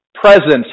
presence